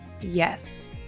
Yes